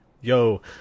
Yo